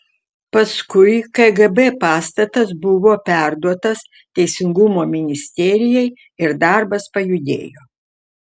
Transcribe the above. paskui kgb pastatas buvo perduotas teisingumo ministerijai ir darbas pajudėjo